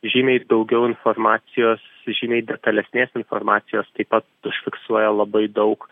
žymiai daugiau informacijos žymiai detalesnės informacijos taip pat užfiksuoja labai daug